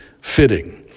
fitting